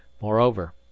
Moreover